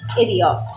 idiot